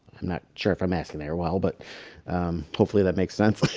i'm not sure if i'm asking there well, but hopefully that makes sense like